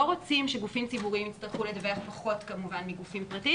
רוצים שגופים ציבוריים יצטרכו לדווח פחות מגופים פרטיים